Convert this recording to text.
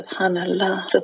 subhanallah